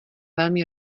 velmi